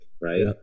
right